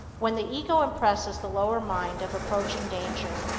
when the ego impresses the lower mind of approaching danger,